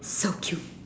so cute